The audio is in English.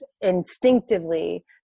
instinctively